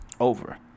over